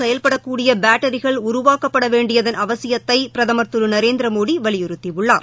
செயல்படக்கூடிய பேட்டரிகள் உருவாக்கப்பட வேண்டியதன் அவசியத்தை பிரதமர் திரு நரேந்திரமோடி வலியுறுத்தியுள்ளார்